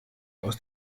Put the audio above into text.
aus